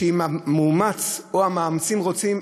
שאם המאומץ או המאמצים רוצים,